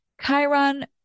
Chiron